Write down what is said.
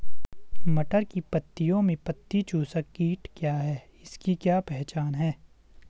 मटर की पत्तियों में पत्ती चूसक कीट क्या है इसकी क्या पहचान है?